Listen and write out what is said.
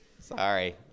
sorry